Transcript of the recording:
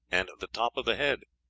and the top of the head.